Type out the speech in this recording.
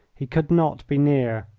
he could not be near.